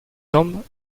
jambes